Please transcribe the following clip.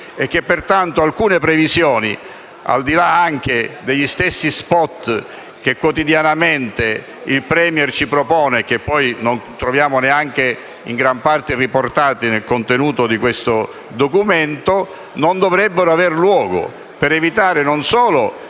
e che pertanto alcune previsioni, al di là anche degli stessi *spot* che quotidianamente il *Premier* ci propone - e che non troviamo neanche in gran parte riportati nel contenuto di questo documento - non dovrebbero avere luogo per evitare non solo